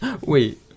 wait